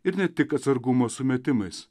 ir ne tik atsargumo sumetimais